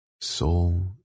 soul